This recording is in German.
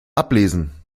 ablesen